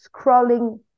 scrolling